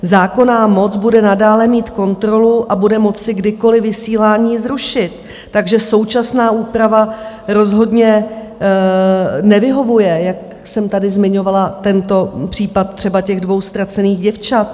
Zákonná moc bude mít nadále kontrolu a bude moci kdykoliv vysílání zrušit, takže současná úprava rozhodně nevyhovuje, jak jsem tady zmiňovala tento případ třeba těch dvou ztracených děvčat.